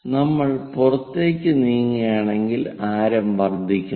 നമ്മൾ പുറത്തേക്ക് നീങ്ങുകയാണെങ്കിൽ ആരം വർദ്ധിക്കുന്നു